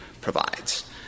provides